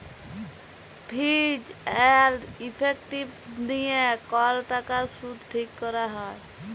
ফিজ এল্ড ইফেক্টিভ দিঁয়ে কল টাকার সুদ ঠিক ক্যরা হ্যয়